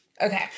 Okay